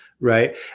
right